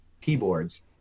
keyboards